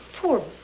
Poor